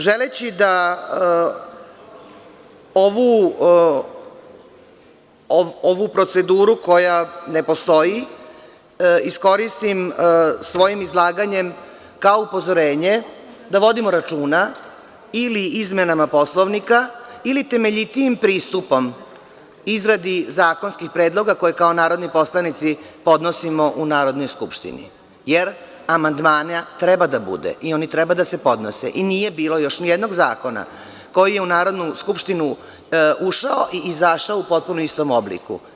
Želeći da ovu proceduru koja ne postoji, iskoristim svojim izlaganjem kao upozorenje, da vodimo računa ili izmenama Poslovnika, ili temeljitijim pristupom izradi zakonskih predloga koje kao narodni poslanici podnosimo u Narodnoj skupštini, jer amandmana treba da bude i oni treba da se podnose i nije bilo još ni jednog zakona koji je u Narodnu skupštinu ušao i izašao u potpuno istom obliku.